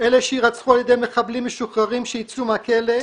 אלה שיירצחו על ידי מחבלים משוחררים שייצאו מהכלא,